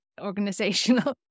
organizational